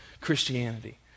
Christianity